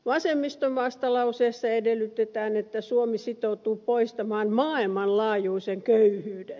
vasemmiston vastalauseessa edellytetään että suomi sitoutuu poistamaan maailmanlaajuisen köyhyyden